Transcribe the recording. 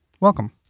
welcome